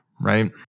right